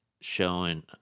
showing